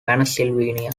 pennsylvania